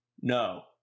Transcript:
No